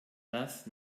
das